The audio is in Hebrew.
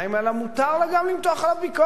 אלא מותר לה גם למתוח עליו ביקורת.